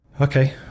Okay